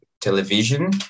television